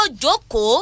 joko